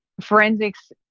Forensics